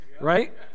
right